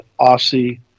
Aussie